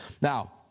Now